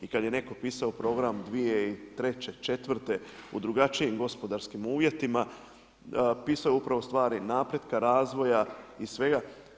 I kada je neko pisao program 2003., 2004. u drugačijim gospodarskim uvjetima pisao je upravo stvari napretka, razvoja i svega.